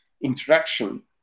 interaction